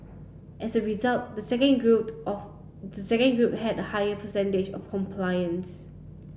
as a result the second group of the second group had a higher percentage of compliance